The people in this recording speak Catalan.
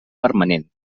permanent